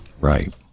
Right